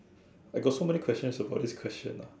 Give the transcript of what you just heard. I got so many questions about this question lah